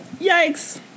Yikes